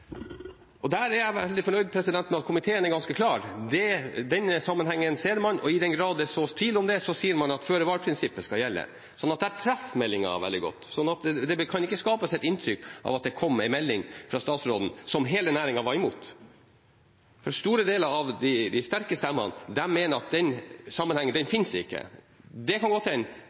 villaks. Der er jeg veldig fornøyd med at komiteen er ganske klar. Denne sammenhengen ser man, og i den grad det sås tvil om det, sier man at føre-var-prinsippet skal gjelde, så der treffer meldingen veldig godt. Det kan ikke skapes et inntrykk av at det kom en melding fra statsråden som hele næringen var imot. Store deler av de sterke stemmene mener at den sammenhengen ikke finnes. Det kan godt hende at vi en eller annen gang finner ut at det stemmer, men den